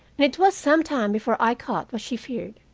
and it was some time before i caught what she feared.